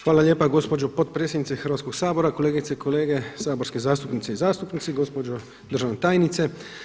Hvala lijepa gospođo potpredsjednice Hrvatskoga sabora, kolegice i kolege saborske zastupnice i zastupnici, gospođo državna tajnice.